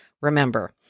remember